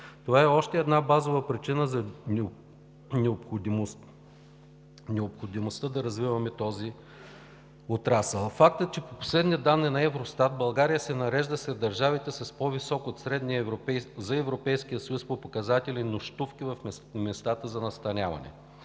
Това е още една базова причина за необходимостта да развиваме този отрасъл. Факт е, че по последни данни на ЕВРОСТАТ България се нарежда сред държавите с по-висок от средния за Европейския съюз показател „нощувки“ в местата за настаняване.